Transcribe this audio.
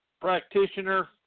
practitioner